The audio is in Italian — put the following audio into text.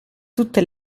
tutte